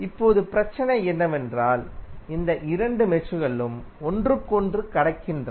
இப்போது பிரச்சனை என்னவென்றால் இந்த இரண்டு மெஷ்களும் ஒன்றுக்கொன்று கடக்கின்றன